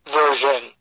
version